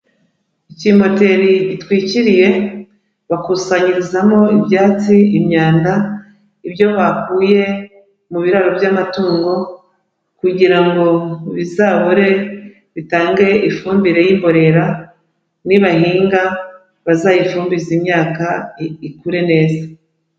Ikimoteri gitwikiriye, bakusanyirizamo ibyatsi, imyanda, ibyo bakuye mu biraro by'amatungo kugira ngo bizahore, bitange ifumbire y'imborera, nibayihinga bazayifumbize imyaka, ikure neza.